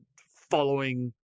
following